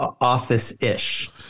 office-ish